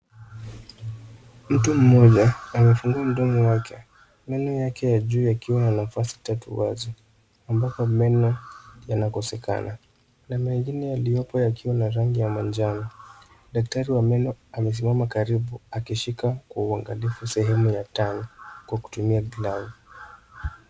Mtu mmoja amefungua mdomo wake. Meno yake ya juu yakiwa na nafasi tatu wazi, ambapo meno yanakosekana. Meno mengine yaliopo yakiwa na rangi ya manjano. Daktari wa meno amesimama karibu akishika kwa uangalifu sehemu ya tani, kwa kutumia glavu.